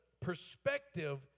perspective